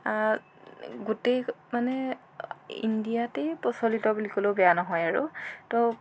গোটেই মানে ইণ্ডিয়াতে প্ৰচলিত বুলি ক'লেও বেয়া নহয় আৰু তো